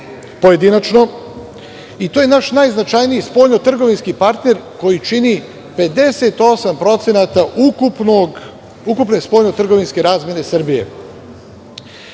pojedinačno i to je naš najznačajniji spoljno trgovinski partner koji čini 58% ukupne spoljno trgovinske razmene Srbije. Takođe,